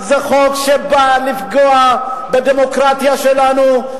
זה חוק שבא לפגוע בדמוקרטיה שלנו,